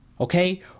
okay